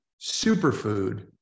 superfood